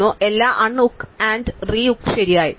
അതിനാൽ എല്ലാം unhook and rehook ശരിയായി